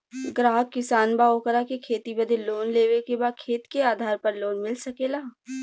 ग्राहक किसान बा ओकरा के खेती बदे लोन लेवे के बा खेत के आधार पर लोन मिल सके ला?